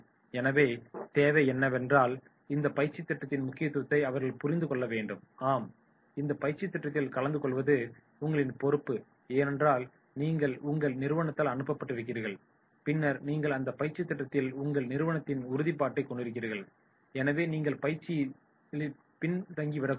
எனவே தேவை என்னவென்றால் இந்த பயிற்சித் திட்டத்தின் முக்கியத்துவத்தை அவர்கள் புரிந்து கொள்ள வேண்டும் ஆம் இந்த பயிற்சித் திட்டத்தில் கலந்துகொள்வது உங்களின் பொறுப்பு ஏனென்றால் நீங்கள் உங்கள் நிறுவனத்தால் அனுப்பப்பட்டிருக்கிறீர்கள் பின்னர் நீங்கள் அந்தத் பயிற்சி திட்டத்தில் உங்கள் நிறுவனத்தின் உறுதிப்பாட்டைக் கொண்டிருக்கிறீர்கள் எனவே நீங்கள் பயிற்சியில் பின் தங்கிடக்கூடாது